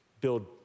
build